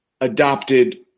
adopted